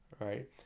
right